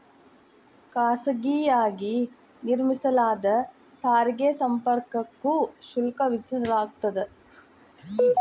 ಖಾಸಗಿಯಾಗಿ ನಿರ್ಮಿಸಲಾದ ಸಾರಿಗೆ ಸಂಪರ್ಕಕ್ಕೂ ಶುಲ್ಕ ವಿಧಿಸಲಾಗ್ತದ